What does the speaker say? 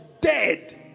dead